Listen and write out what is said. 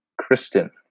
Kristen